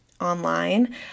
online